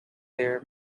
their